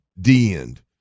D-end